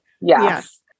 Yes